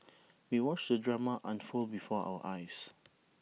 we watched the drama unfold before our eyes